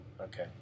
Okay